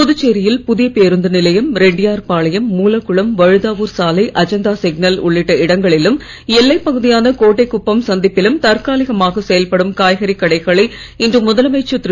புதுச்சேரியில் புதிய நிலையம் ரெட்டியார்பாளையம் மூலகுளம் வழுதாவூர் சாலை அஜந்தா சிக்னல் உள்ளிட்ட இடங்களிலும் எல்லைப் பகுதியான கோட்டைக் குப்பம் சந்திப்பிலும் தற்காலிகமாக செயல்படும் காய்கறி கடைகளை இன்று முதலமைச்சர் திரு